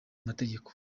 amategeko